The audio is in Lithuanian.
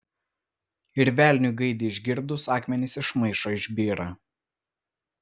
ir velniui gaidį išgirdus akmenys iš maišo išbyra